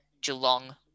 Geelong